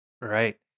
Right